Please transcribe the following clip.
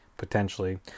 potentially